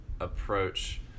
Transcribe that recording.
approach